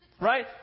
Right